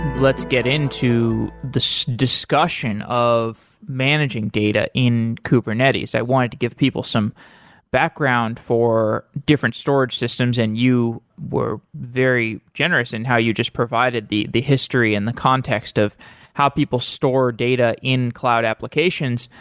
let's get into this discussion of managing data in kubernetes. i wanted to give people some background for different storage systems and you were very generous in how you just provided the the history and the context of how people store data in cloud applications.